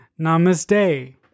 Namaste